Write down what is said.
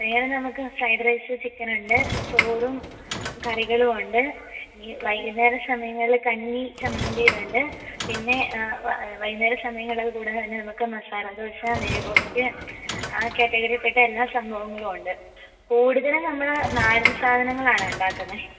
വൈകുന്നേരം നമുക്ക് fried rice chicken ഉണ്ട് ചോറും കറികളും ഉണ്ട് ഈ വൈകുന്നേര സമയങ്ങളിൽ കഞ്ഞി ചമ്മന്തി ഇതുണ്ട് പിന്നെ വൈകുന്നേര സമയങ്ങളത് കൂടാതെ തന്നെ നമുക്ക് മസാല ദോശ നെയ് റോസ്റ്റ് ആ കാറ്റഗറി പെട്ട എല്ലാ സംഭവങ്ങളും ഉണ്ട് കൂടുതൽ നമ്മൾ നാടൻ സാധനങ്ങളാണ് ഉണ്ടാക്കുന്നത്